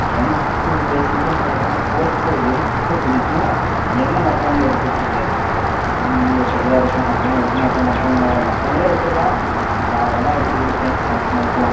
எனக்கு பேஸிக்காக சொல்லப் போனால் ஃபோட்டோ எடுக்க பிடிக்கும் என்னை மற்றவங்க எடுக்க பிடிக்காது ஒரு ஷையாக இருக்கும் அதனால் நான் எடுக்க மாட்டேன் மற்றவங்க மற்றவங்கள எடுக்கிறதா தாராளமாக எடுத்துக் கொடுப்பேன் அடித்து நகத்தலாம்